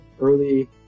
early